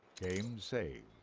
came saved